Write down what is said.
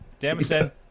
Damison